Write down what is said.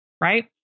right